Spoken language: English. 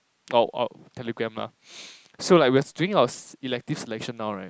oh oh telegram lah so like we doing our s~ elective selection now right